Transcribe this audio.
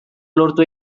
lortu